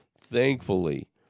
Thankfully